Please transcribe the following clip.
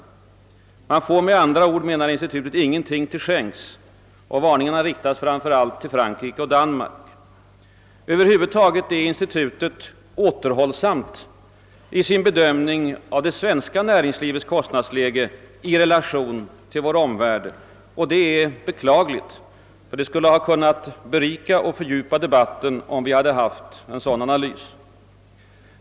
Man får med andra ord, menar institutet, ingenting till skänks. Varningarna riktas framför allt till Frankrike och Danmark. Över huvud taget är institutet återhållsamt i sin bedömning av det svenska näringslivets kostnadsläge i relation till vår omvärld. Det är beklagligt, ty det skulle ha kunnat berika och fördjupa debatten om vi haft en sådan analys.